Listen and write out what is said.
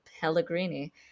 pellegrini